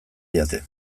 didate